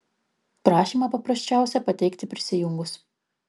prašymą paprasčiausia pateikti prisijungus